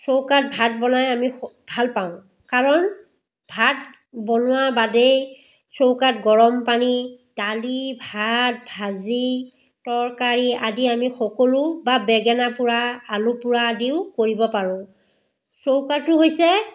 চৌকাত ভাত বনাই আমি ভাল পাওঁ কাৰণ ভাত বনোৱা বাদেই চৌকাত গৰম পানী দালি ভাত ভাজি তৰকাৰী আদি আমি সকলো বা বেঙেনা পোৰা আলু পোৰা আদিও কৰিব পাৰোঁ চৌকাটো হৈছে